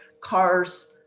cars